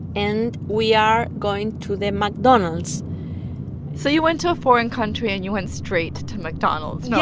and we are going to the mcdonald's so you went to a foreign country, and you went straight to mcdonald's? yes.